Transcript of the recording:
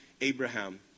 Abraham